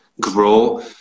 grow